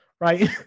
right